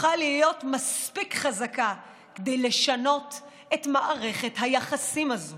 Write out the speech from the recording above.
הפכה להיות מספיק חזקה לשנות את מערכת היחסים הזאת